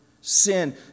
sin